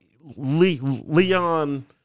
Leon